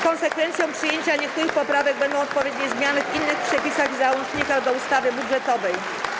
Konsekwencją przyjęcia niektórych poprawek będą odpowiednie zmiany w innych przepisach i załącznikach do ustawy budżetowej.